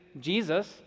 Jesus